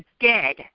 dead